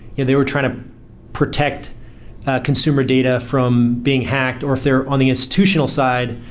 you know they were trying to protect consumer data from being hacked, or if they're on the institutional side,